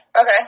Okay